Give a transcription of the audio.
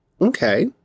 okay